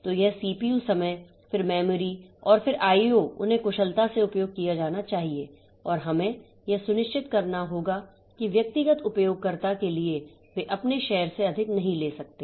तो यह सीपीयू समय फिर मेमोरी और आई ओ उन्हें कुशलता से उपयोग किया जाना चाहिए और हमें यह सुनिश्चित करना होगा कि व्यक्तिगत उपयोगकर्ता के लिए वे अपने शेयर से अधिक नहीं ले सकते